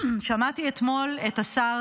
שמעתי אתמול את השר